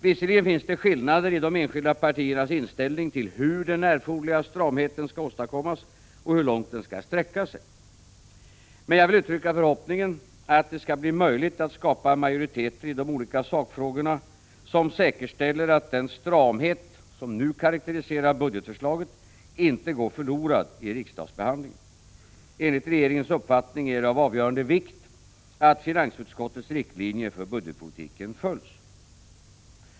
Visserligen finns det skillnader i de enskilda partiernas inställning till hur den erforderliga stramheten skall åstadkommas och hur långt den skall sträcka sig. Jag vill därför uttrycka förhoppningen att det skall bli möjligt att skapa majoriteter i de olika sakfrågorna, som säkerställer att den stramhet som karakteriserar budgetförslaget inte går förlorad i riksdagsbehandlingen. Enligt regeringens uppfattning är det av avgörande vikt att finansutskottets riktlinjer för budgetpolitiken följs.